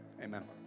Amen